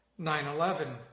9-11